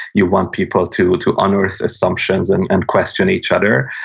you want people to to unearth assumptions and and question each other.